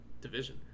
division